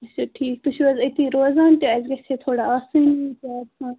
اَچھا ٹھیٖک تۄہہِ چھِو حظ أتی روزان اَسہِ گَژھا تھوڑا آسٲنی